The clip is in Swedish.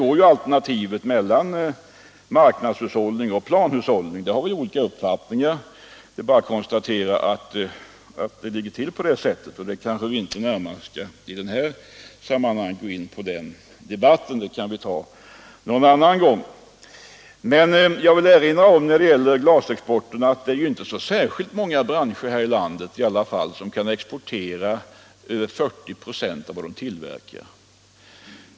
Alternativen är marknadshushållning eller planhushållning. Här har vi olika uppfattningar, låt oss bara konstatera det, herr Fagerlund. Men den debatten får vi ta en annan gång. När det gäller glasexporten vill jag erinra om att det ju inte är så många branscher här i landet som kan exportera 40 26 av tillverkningen.